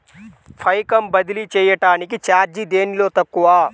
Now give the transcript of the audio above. పైకం బదిలీ చెయ్యటానికి చార్జీ దేనిలో తక్కువ?